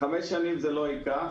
חמש שנים זה לא ייקח,